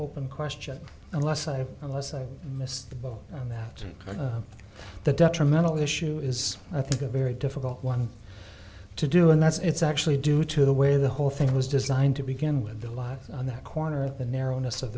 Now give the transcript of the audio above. open question unless i've missed the boat on that the detrimental issue is i think a very difficult one to do and that's it's actually due to the way the whole thing was designed to begin with the life on that corner the narrowness of